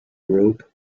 robe